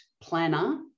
planner